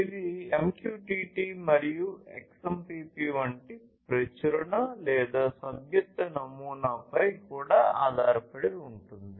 ఇది MQTT మరియు XMPP వంటి ప్రచురణ సభ్యత్వ నమూనాపై కూడా ఆధారపడి ఉంటుంది